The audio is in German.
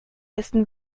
wissen